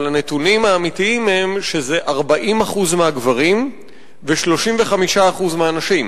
אבל הנתונים האמיתיים הם 40% מהגברים ו-35% מהנשים,